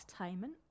entertainment